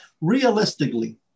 realistically